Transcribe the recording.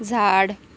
झाड